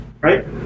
Right